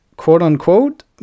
quote-unquote